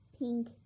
Pink